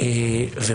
חותמת על כל מילה.